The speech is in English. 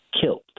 killed